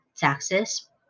Taxes